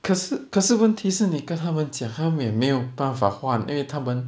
可是可是问题是你跟他们讲他们也没有办法换因为他们